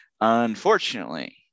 Unfortunately